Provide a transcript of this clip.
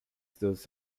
those